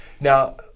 now